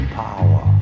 power